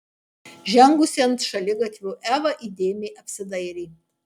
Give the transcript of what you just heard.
žengusi ant šaligatvio eva įdėmiai apsidairė